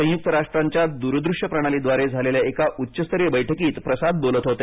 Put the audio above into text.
संयुक्त राष्ट्रांच्या दुरदृष्य प्रणालीद्वारे झालेल्या एका उच्चस्तरीय बैठकीत प्रसाद बोलत होते